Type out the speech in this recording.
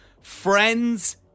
Friends